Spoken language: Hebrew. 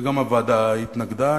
וגם הוועדה התנגדה,